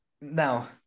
Now